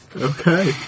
Okay